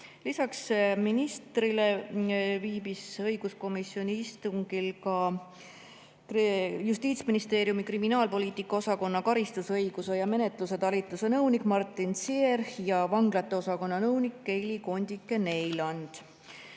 Lisaks ministrile viibisid õiguskomisjoni istungil Justiitsministeeriumi kriminaalpoliitika osakonna karistusõiguse ja menetluse talituse nõunik Martin Ziehr ja vanglate osakonna nõunik Keili Kondike-Neiland. Eelnõu